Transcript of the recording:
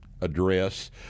address